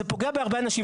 זה פוגע בהרבה אנשים,